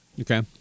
Okay